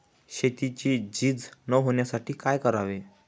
शेतीची झीज न होण्यासाठी काय करावे?